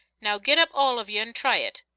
now git up, all of ye, an' try it.